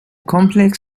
complex